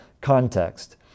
context